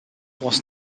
was